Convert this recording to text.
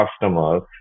customers